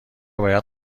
باید